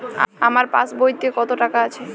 আমার পাসবইতে কত টাকা আছে?